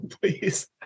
Please